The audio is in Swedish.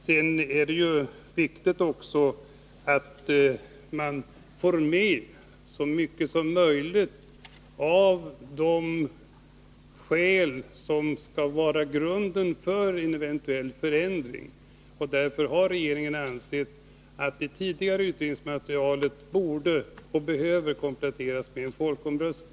Det är också viktigt att få med så mycket som möjligt av de skäl som skall utgöra grunden för en eventuell förändring, och därför har regeringen ansett att det tidigare utredningsmaterialet behöver kompletteras med en folkomröstning.